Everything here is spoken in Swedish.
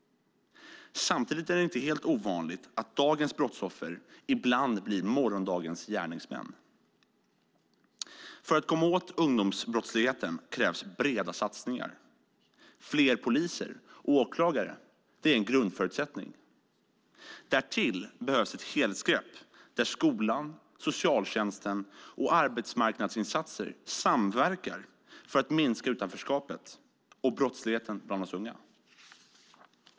Samtidigt är det inte helt ovanligt att dagens brottsoffer blir morgondagens gärningsmän. För att komma åt ungdomsbrottsligheten krävs breda satsningar. Fler poliser och åklagare är en grundförutsättning. Därtill behövs ett helhetsgrepp där skolan, socialtjänsten och arbetsmarknadsinsatser samverkar för att minska utanförskapet och brottsligheten bland oss unga.